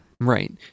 Right